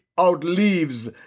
outlives